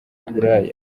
w’uburaya